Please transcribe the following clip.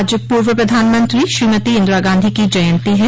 आज पूर्व प्रधानमंत्री श्रीमती इन्दिरागांधी की जयन्ती है